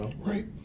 right